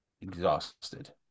exhausted